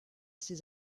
ses